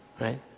Right